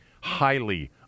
highly